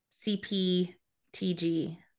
CPTG